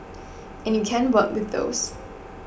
and you can work with those